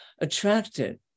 attracted